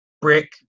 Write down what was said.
brick